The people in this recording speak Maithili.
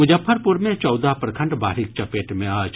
मुजफ्फरपुर मे चौदह प्रखंड बाढ़िक चपेट मे अछि